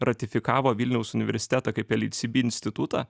ratifikavo vilniaus universitetą kaip lhcb institutą